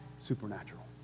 supernatural